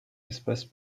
espace